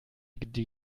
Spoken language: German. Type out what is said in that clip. die